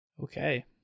Okay